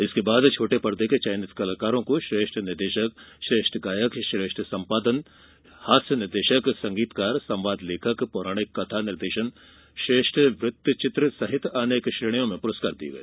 इसके बाद छोटे पर्दे के चयनित कलाकारों को श्रेष्ठ निदेषक श्रेष्ठ गायक श्रेष्ठ संपादन हास्य निर्देषक संगीतकार संवाद लेखक पौराणिक कथा निर्देषन श्रेष्ठ वृत्तचित्र सहित अनेक श्रेणियों में पुरस्कार दिए गए